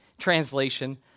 translation